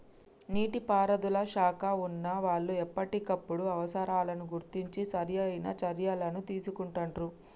నీటి పారుదల శాఖలో వున్నా వాళ్లు ఎప్పటికప్పుడు అవసరాలను గుర్తించి సరైన చర్యలని తీసుకుంటాండ్రు